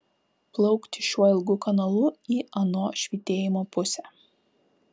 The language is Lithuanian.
plaukti šiuo ilgu kanalu į ano švytėjimo pusę